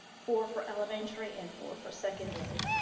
four for elementary and four for secondary.